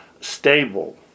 stable